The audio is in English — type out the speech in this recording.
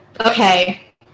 Okay